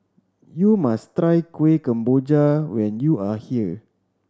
you must try Kueh Kemboja when you are here